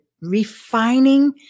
refining